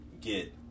get